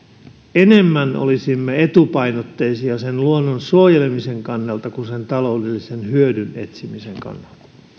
enemmän olisimme etupainotteisia luonnon suojelemisen kannalta kuin sen taloudellisen hyödyn etsimisen kannalta ehkä